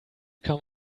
come